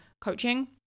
coaching